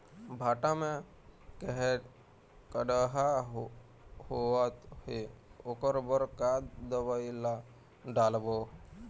भांटा मे कड़हा होअत हे ओकर बर का दवई ला डालबो?